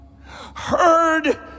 heard